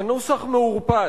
הנוסח מעורפל,